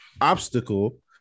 obstacle